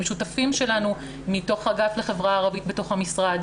הם שותים שלנו מתוך האגף לחברה הערבית בתוך המשרד.